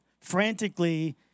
frantically